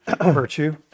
virtue